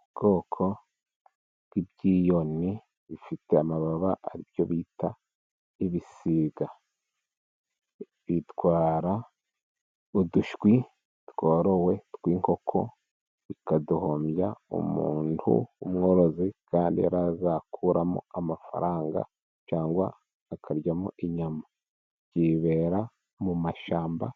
Ubwoko bw'ibyiyoni bifite amababa aribyo bita ibisiga bitwara udushwi, tworowe tw'inkoko, bikaduhombya umuntu umworozi, kandi yarizakuramo amafaranga cyangwa akaryamo inyama, byibera mu mashyamba,